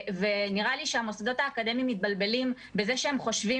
נראה לי שהמוסדות האקדמיים מתבלבלים בכך שהם חושבים